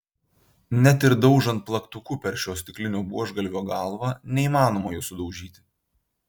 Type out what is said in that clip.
net ir daužant plaktuku per šio stiklinio buožgalvio galvą neįmanoma jo sudaužyti